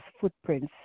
footprints